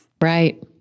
Right